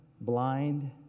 blind